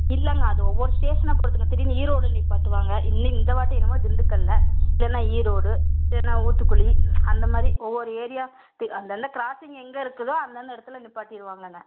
இல்லைங்க அது ஒவ்வொரு ஸ்டேஷனை பொறுத்துங்க திடீர்னு ஈரோடில் நிப்பாட்டுவாங்க இல்லை இந்த வாட்டி என்னமோ திண்டுக்கல்லில் இல்லைனா ஈரோடு இல்லைனா ஊத்துக்குளி அந்த மாதிரி ஒவ்வொரு ஏரியா அந்தந்த கிராஸிங் எங்கே இருக்குதோ அந்தந்த இடத்துல நிப்பாட்டிடுவாங்கங்க